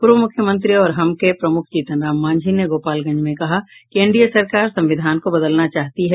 पूर्व मुख्यमंत्री और हम के प्रमुख जीतनराम मांझी ने गोपालगंज में कहा कि एनडीए सरकार संविधान को बदलना चाहती है